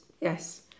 Yes